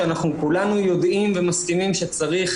שאנחנו כולנו יודעים ומסכימים שצריך